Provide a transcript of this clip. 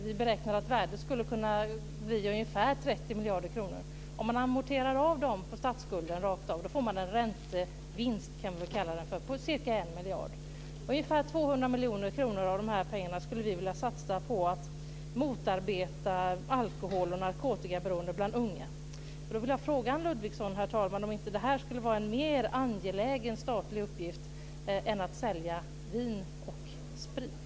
Vi beräknar att värdet skulle kunna bli ungefär 30 miljarder kronor. Om man amorterar av statsskulden med dem får man en räntevinst, kan vi kalla det, på ca 1 miljard. Ungefär 200 miljoner kronor av dessa pengar skulle vi vilja satsa på att motarbeta alkohol och narkotikaberoende bland unga. Då vill jag fråga Anne Ludvigsson, herr talman, om inte detta skulle vara en mer angelägen statlig uppgift än att sälja vin och sprit.